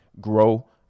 grow